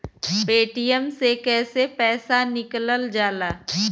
Paytm से कैसे पैसा निकलल जाला?